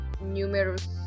numerous